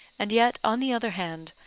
and yet, on the other hand,